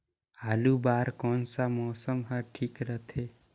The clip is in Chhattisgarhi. आलू बार कौन सा मौसम ह ठीक रथे?